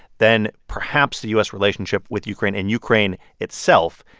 then perhaps the u s. relationship with ukraine and ukraine itself,